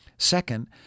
Second